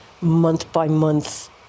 month-by-month